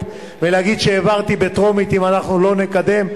ולהגיד שהעברתי בטרומית אם אנחנו לא נקדם.